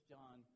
John